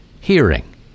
hearing